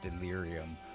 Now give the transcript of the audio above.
delirium